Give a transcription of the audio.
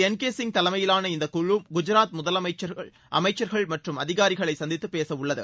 என் K Singh தலைமையிலாள இந்த குழு குஜாத் முதலமைச்சர் அமைச்சர்கள் மற்றும் அதிகாரிகளை சந்தித்து பேசவுள்ளது